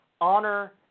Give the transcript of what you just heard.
honor